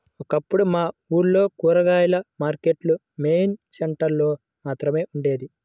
ఒకప్పుడు మా ఊర్లో కూరగాయల మార్కెట్టు మెయిన్ సెంటర్ లో మాత్రమే ఉండేది